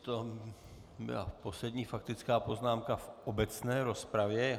To byla poslední faktická poznámka v obecné rozpravě.